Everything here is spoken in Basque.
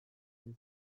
izan